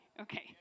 Okay